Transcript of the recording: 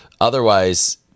otherwise